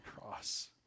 cross